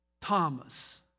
Thomas